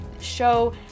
show